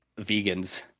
vegans